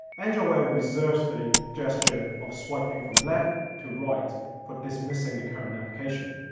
android wear reserves the gesture of swiping from left to right for dismissing the current application.